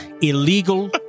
illegal